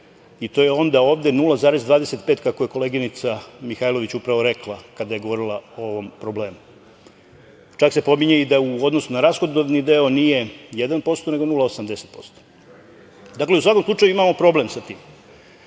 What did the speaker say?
To je onda ovde 0,25, kako je koleginica Mihajlović upravo rekla kada je govorila o ovom problemu. Čak se pominje i da u odnosu na rashodovni deo nije 1%, nego 0,80%. U svakom slučaju, imamo problem sa